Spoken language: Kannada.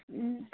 ಹ್ಞೂ